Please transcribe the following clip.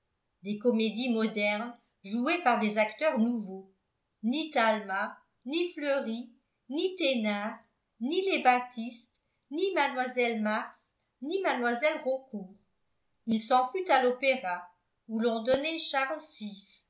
des comédies modernes jouées par des acteurs nouveaux ni talma ni fleury ni thénard ni les baptiste ni mlle mars ni mlle raucourt il s'en fut à l'opéra où l'on donnait